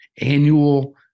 annual